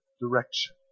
direction